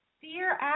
fear